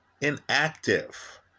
inactive